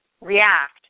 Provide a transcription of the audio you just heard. react